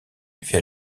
via